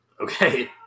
Okay